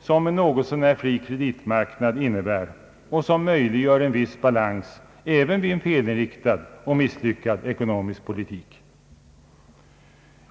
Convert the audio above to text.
som en något så när fri kreditmarknad innebär och som möjliggör en viss balans även vid en felinriktad och misslyckad ekonomisk politik.